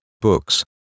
books